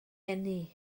eni